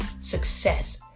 success